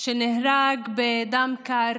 שנהרג בדם קר